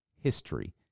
history